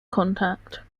contact